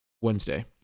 Wednesday